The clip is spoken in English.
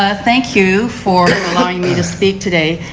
ah thank you for allowing me to speak today.